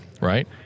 right